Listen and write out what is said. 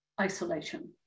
isolation